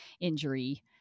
injury